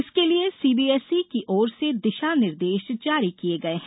इसके लिए सीबीएसई की ओर से दिशा निर्देश जारी किये गये हैं